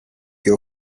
your